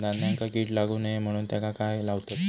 धान्यांका कीड लागू नये म्हणून त्याका काय लावतत?